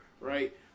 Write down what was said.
right